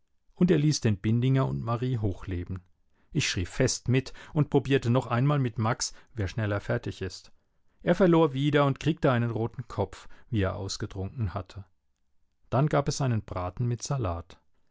und er ließ den bindinger und marie hochleben ich schrie fest mit und probierte noch einmal mit max wer schneller fertig ist er verlor wieder und kriegte einen roten kopf wie er ausgetrunken hatte dann gab es einen braten mit salat